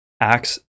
Acts